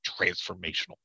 transformational